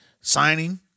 signing